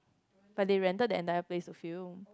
but they rented the entire place for film